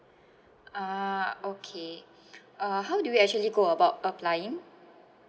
ah okay uh how do we actually go about applying